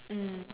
mm